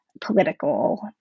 political